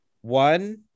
One